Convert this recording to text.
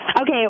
okay